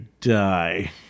die